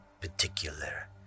particular